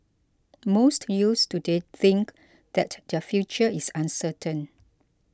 most youths today think that their future is uncertain